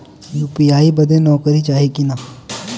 UPI बदे नौकरी चाही की ना?